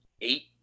eight